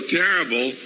terrible